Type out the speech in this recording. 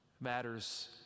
matters